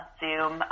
zoom